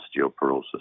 osteoporosis